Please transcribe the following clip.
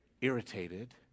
irritated